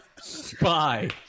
Spy